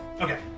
Okay